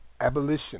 Abolition